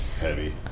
Heavy